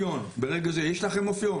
ברגע זה יש לכם אפיון?